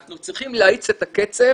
אנחנו צריכים להאיץ את הקצב